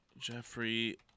Jeffrey